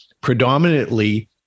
predominantly